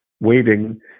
waiting